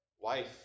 wife